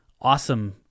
awesome